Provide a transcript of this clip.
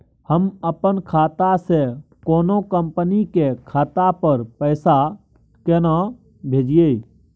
हम अपन खाता से कोनो कंपनी के खाता पर पैसा केना भेजिए?